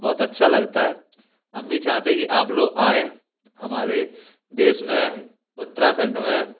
बहुत अच्छा लगता है हम भी चाहते हैं कि आप लोग आएं हमारे देश में उत्तराखंड में